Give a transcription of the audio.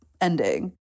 ending